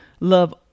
love